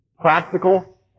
practical